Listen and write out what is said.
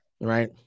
right